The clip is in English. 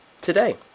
today